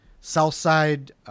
Southside